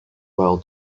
well